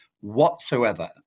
whatsoever